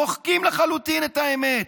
מוחקים לחלוטין את האמת,